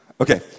Okay